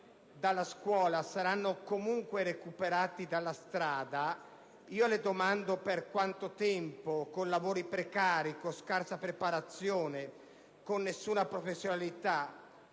dalla scuola saranno comunque recuperati dalla strada, mi domando: per quanto tempo, con lavori precari, con scarsa preparazione, con nessuna professionalità?